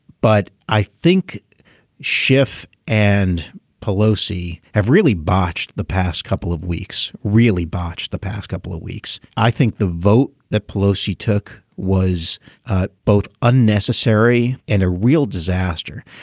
but i think schiff and pelosi have really botched the past couple of weeks really botched the past couple of weeks. i think the vote that pelosi took was both unnecessary and a real disaster.